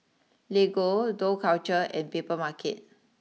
Lego Dough culture and Papermarket